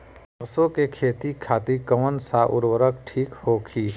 सरसो के खेती खातीन कवन सा उर्वरक थिक होखी?